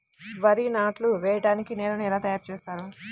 వరి నాట్లు వేయటానికి నేలను ఎలా తయారు చేస్తారు?